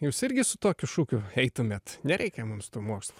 jūs irgi su tokiu šūkiu eitumėt nereikia mums tų mokslų